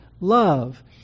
love